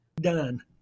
done